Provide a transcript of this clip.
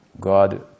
God